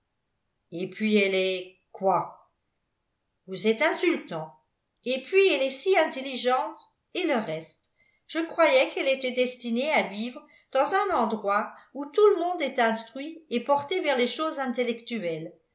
et puis elle est quoi vous êtes insultant et puis elle est si intelligente et le reste je croyais qu'elle était destinée à vivre dans un endroit où tout le monde est instruit et porté vers les choses intellectuelles